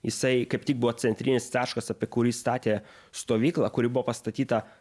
jisai kaip tik buvo centrinis taškas apie kurį statė stovyklą kuri buvo pastatyta